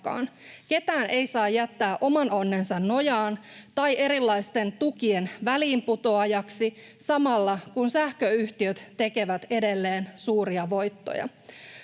Ketään ei saa jättää oman onnensa nojaan tai erilaisten tukien väliinputoajaksi, samalla kun sähköyhtiöt tekevät edelleen suuria voittoja.